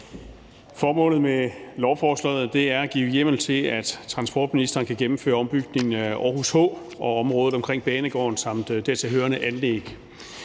Formålet med lovforslaget er at give hjemmel til, at transportministeren kan gennemføre ombygning af Aarhus H og området omkring banegården samt dertilhørende anlæg.